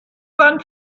bahn